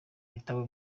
bitabo